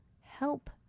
Help